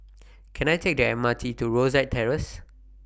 Can I Take The M R T to Rosyth Terrace